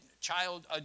child